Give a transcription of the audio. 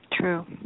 True